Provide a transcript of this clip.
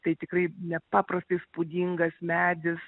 tai tikrai nepaprastai įspūdingas medis